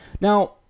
Now